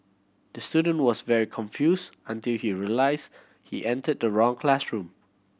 the student was very confuse until he realise he enter the wrong classroom